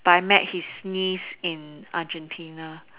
but I met his niece in Argentina